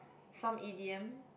some E_D_M